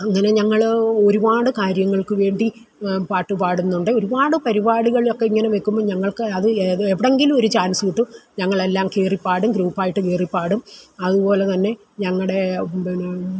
അങ്ങനെ ഞങ്ങൾ ഒരുപാട് കാര്യങ്ങൾക്കുവേണ്ടി പാട്ട് പാടുന്നുണ്ട് ഒരുപാട് പരിപാടികളൊക്കെ ഇങ്ങനെ വെക്കുമ്പോൾ ഞങ്ങൾക്ക് അത് എവിടെങ്കിലും ഒരു ചാൻസ് കിട്ടും ഞങ്ങളെല്ലാം കയറിപ്പാടും ഗ്രൂപ്പായിട്ട് കയറിപ്പാടും അതുപോലെത്തന്നെ ഞങ്ങളുടെ പിന്നെ